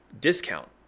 Discount